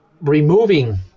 removing